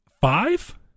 five